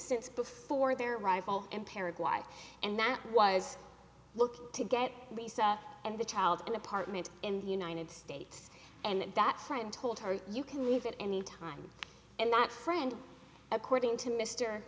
since before their arrival and paraguayan and that was looking to get lisa and the child an apartment in the united states and that friend told her you can leave at any time and that friend according to mr